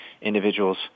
individuals